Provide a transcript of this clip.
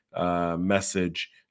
message